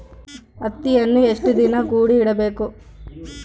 ಹತ್ತಿಯನ್ನು ಎಷ್ಟು ದಿನ ಕೂಡಿ ಇಡಬಹುದು?